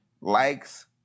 likes